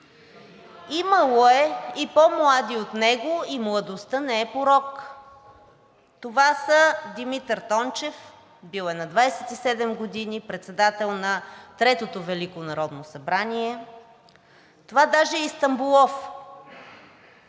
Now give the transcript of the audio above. Имало е и по-млади от него и младостта не е порок. Това са Димитър Тончев – бил е на 27 години, председател на Третото велико народно събрание, това даже е и Стамболов